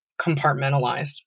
compartmentalize